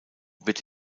wird